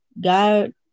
God